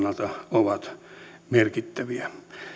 ovat merkittäviä